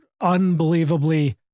unbelievably